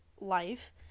life